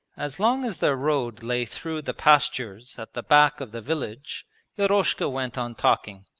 as long as their road lay through the pastures at the back of the village eroshka went on talking.